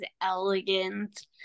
elegant